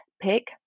pick